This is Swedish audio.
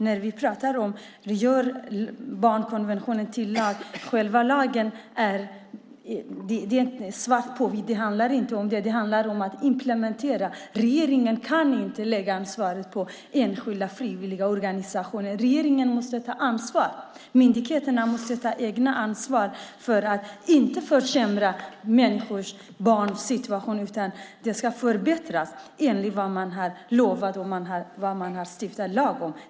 När vi pratar om att göra barnkonventionen till lag handlar det om att implementera. Regeringen kan inte lägga ansvaret på enskilda frivilligorganisationer. Regeringen måste ta ansvar. Myndigheterna måste ta eget ansvar för att inte försämra barns situation, utan den ska förbättras enligt vad man har lovat och vad man har stiftat lag om.